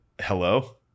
hello